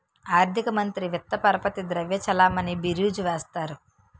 ఆర్థిక మంత్రి విత్త పరపతి ద్రవ్య చలామణి బీరీజు వేస్తారు